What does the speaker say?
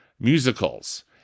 musicals